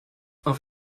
auf